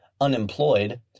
unemployed